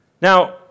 Now